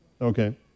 Okay